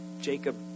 Jacob